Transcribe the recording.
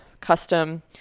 custom